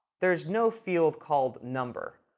there is no field called number.